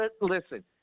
Listen